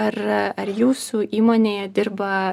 ar ar jūsų įmonėje dirba